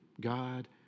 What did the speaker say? God